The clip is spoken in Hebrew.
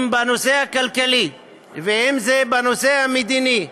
אם בנושא הכלכלי ואם בנושא המדיני,